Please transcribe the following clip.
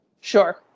Sure